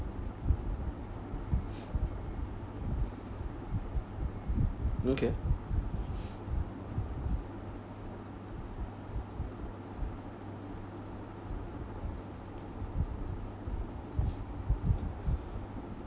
okay